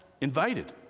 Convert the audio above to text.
invited